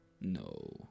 No